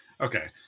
Okay